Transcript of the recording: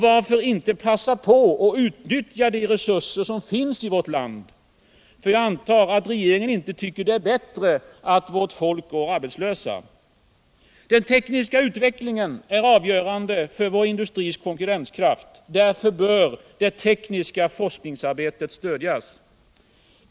Varför inte passa på att utnyttja de resurser som finns i vårt land? Jag antar att regeringen inte tycker det är bättre att människor går arbetslösa. Den tekniska utvecklingen är avgörande för vår industris konkurrenskraft. Därför bör det tekniska forskningsarbetet stödjas.